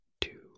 two